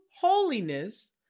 holiness